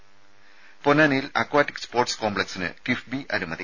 ത പൊന്നാനിയിൽ aquatic sports കോംപ്ലക്സിന് കിഫ്ബി അനുമതി